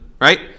right